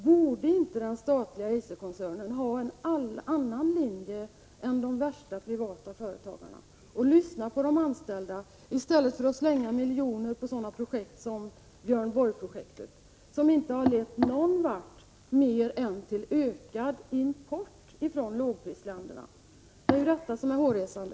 Borde inte den statliga Eiserkoncernen följa en annan linje än de värsta privata företagarna och lyssna på de anställda i stället för att slänga ut miljoner på sådana projekt som Björn Borg-projektet, som inte har lett till något annat än ökad import från lågprisländerna? Det är ju detta som är hårresande.